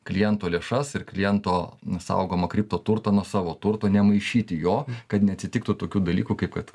kliento lėšas ir kliento saugomą kripto turtą nuo savo turto nemaišyti jo kad neatsitiktų tokių dalykų kaip kad